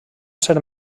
ser